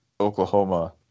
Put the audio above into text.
Oklahoma